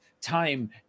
time